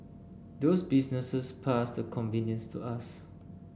those businesses pass the convenience to us